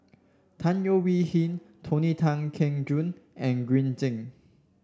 Tan Leo Wee Hin Tony Tan Keng Joo and Green Zeng